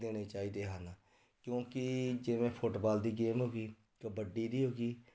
ਦੇਣੇ ਚਾਹੀਦੇ ਹਨ ਕਿਉਂਕਿ ਜਿਵੇਂ ਫੁੱਟਬਾਲ ਦੀ ਗੇਮ ਹੋ ਗਈ ਕਬੱਡੀ ਦੀ ਹੋ ਗਈ